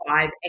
five